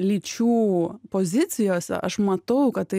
lyčių pozicijose aš matau kad tai